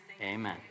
amen